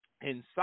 inside